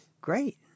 great